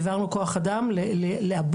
העברנו כוח אדם לעבות.